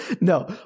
No